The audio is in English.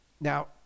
Now